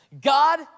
God